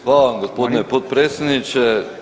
Hvala vam gospodine potpredsjedniče.